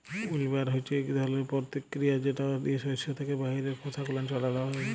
উইল্লবার হছে ইক ধরলের পরতিকিরিয়া যেট দিয়ে সস্য থ্যাকে বাহিরের খসা গুলান ছাড়ালো হয়